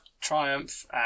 Triumph